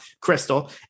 Crystal